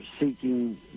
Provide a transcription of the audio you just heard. seeking